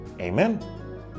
Amen